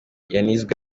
yanizwe